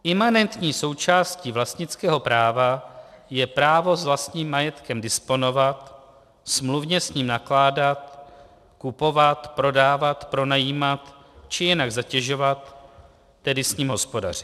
Imanentní součástí vlastnického práva je právo s vlastním majetkem disponovat, smluvně s ním nakládat, kupovat, prodávat, pronajímat či jinak zatěžovat, tedy s ním hospodařit.